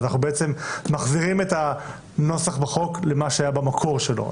אנחנו בעצם מחזירים את הנוסח בחוק למה שהיה במקור שלו,